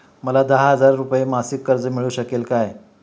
मला दहा हजार रुपये मासिक कर्ज मिळू शकेल का?